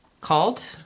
called